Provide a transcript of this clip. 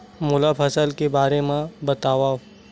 मोला फसल के बारे म बतावव?